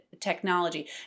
technology